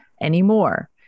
anymore